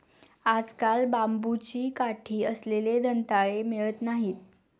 आजकाल बांबूची काठी असलेले दंताळे मिळत नाहीत